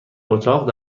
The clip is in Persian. اتاق